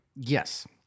Yes